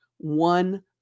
One